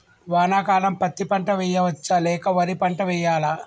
వానాకాలం పత్తి పంట వేయవచ్చ లేక వరి పంట వేయాలా?